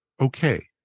okay